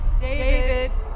David